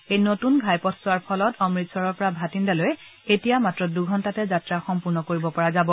এই নতুন ঘাইপথছোৱাৰ ফলত অমৃতসৰৰ পৰা ভাটিণ্ডালৈ এতিয়া মাত্ৰ দুঘণ্টাতে যাত্ৰা সম্পূৰ্ণ কৰিব পৰা যাব